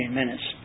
minutes